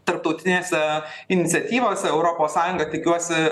tarptautinėse iniciatyvose europos sąjunga tikiuosi